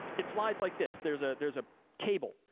it flies like this, there's ah there's a cable.